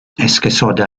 esgusoda